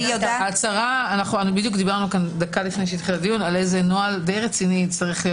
הצהרה על נוהל די רציני יצטרך להיות